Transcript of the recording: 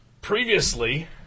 Previously